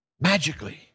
magically